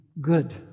good